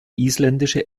isländische